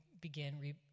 begin